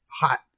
hot